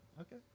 Okay